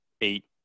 eight